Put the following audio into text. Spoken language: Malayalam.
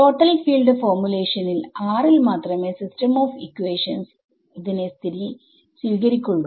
ടോട്ടൽ ഫീൽഡ് ഫോർമുലേഷനിൽ ൽ മാത്രമേ system of ഇക്വേഷൻസ്ഇതിനെ സ്വീകരിക്കുള്ളൂ